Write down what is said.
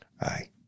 aye